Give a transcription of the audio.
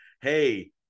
Hey